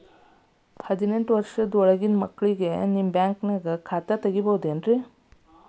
ಹದಿನೆಂಟು ವರ್ಷದ ಒಳಗಿನ ಮಕ್ಳಿಗೆ ನಿಮ್ಮ ಬ್ಯಾಂಕ್ದಾಗ ಖಾತೆ ತೆಗಿಬಹುದೆನ್ರಿ?